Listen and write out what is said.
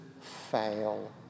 fail